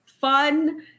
fun